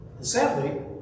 Sadly